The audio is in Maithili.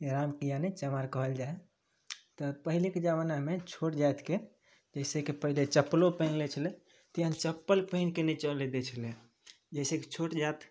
रामके यानी चमार कहल जाइ हइ तऽ पहिलेके जमानामे छोट जातिके जइसेकि पहिले चप्पलो पहिन लै छलै तऽ यानी चप्पल पहिनके नहि चलै दै छलै जइसेकि छोट जाति